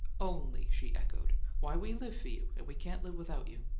only! she echoed. why, we live for you, and we can't live without you.